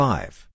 Five